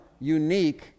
unique